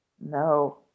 No